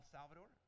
Salvador